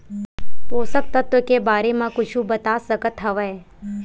पोषक तत्व के बारे मा कुछु बता सकत हवय?